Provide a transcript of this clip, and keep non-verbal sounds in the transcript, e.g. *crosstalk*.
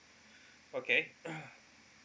okay *coughs*